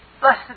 Blessed